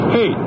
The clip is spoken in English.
Hey